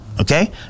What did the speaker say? Okay